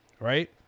right